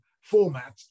format